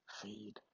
feed